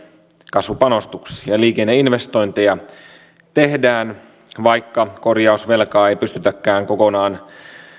kasvupanostuksia liikenneinvestointeja tehdään vaikka korjausvelkaa ei pystytäkään kokonaan